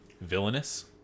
Villainous